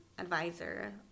advisor